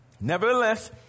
Nevertheless